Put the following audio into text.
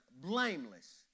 blameless